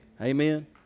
Amen